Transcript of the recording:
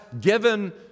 given